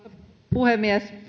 puhemies